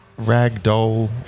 Ragdoll